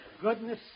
goodness